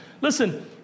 Listen